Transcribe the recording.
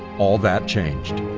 all that changed.